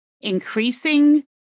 increasing